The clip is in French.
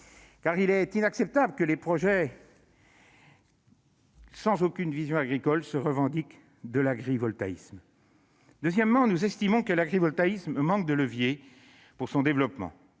car il est inacceptable que des projets sans aucune vision agricole se revendiquent de l'agrivoltaïsme. Deuxièmement, nous estimons que l'agrivoltaïsme manque de leviers pour se développer.